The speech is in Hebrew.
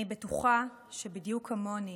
אני בטוחה שבדיוק כמוני